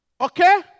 Okay